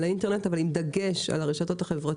על האינטרנט, אבל עם דגש על הרשתות החברתיות.